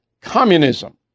communism